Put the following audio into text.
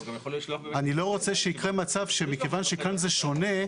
אני לא רוצה שיקרה מצב שמכיוון שכאן זה שונה,